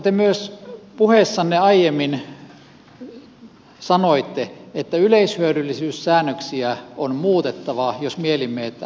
te puheessanne aiemmin sanoitte myös että yleishyödyllisyyssäännöksiä on muutettava jos mielimme että asuntotuotanto elpyy